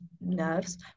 nerves